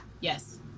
Yes